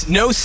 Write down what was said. no